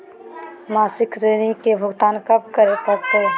मासिक ऋण के भुगतान कब करै परही हे?